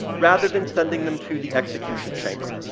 rather than sending them to the execution chamber.